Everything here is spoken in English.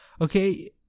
okay